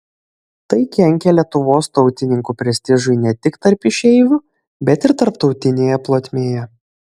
tai kenkė lietuvos tautininkų prestižui ne tik tarp išeivių bet ir tarptautinėje plotmėje